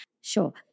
Sure